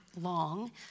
long